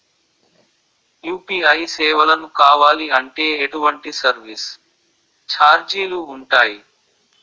UPI సేవలను కావాలి అంటే ఎటువంటి సర్విస్ ఛార్జీలు ఉంటాయి?